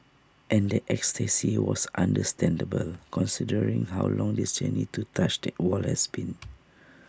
and that ecstasy was understandable considering how long this journey to touch that wall has been